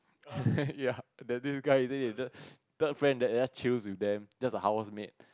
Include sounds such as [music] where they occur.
[laughs] ya the new guy he says he just third friend that just chill with them just a housemate